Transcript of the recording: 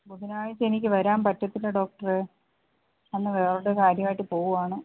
ബുധനാഴ്ച്ച എനിക്ക് വരാന് പറ്റത്തില്ല ഡോക്ടറേ അന്ന് വേറൊരു കാര്യമായിട്ട് പോവാണ്